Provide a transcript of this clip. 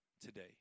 today